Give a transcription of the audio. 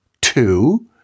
two